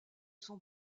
son